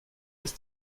ist